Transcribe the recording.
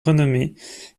renommés